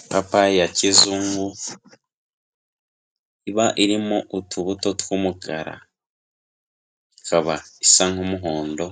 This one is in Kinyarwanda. Ipapayi ya kizungu iba irimo utubuto tw'umukara, ikaba isa nk'umuhondo